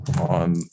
on